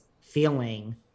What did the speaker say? feeling